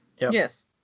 Yes